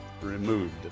removed